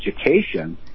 education